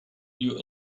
you